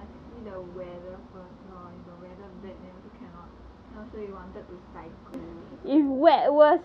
but then err must see the weather first lor if the weather bad then also cannot then he also wanted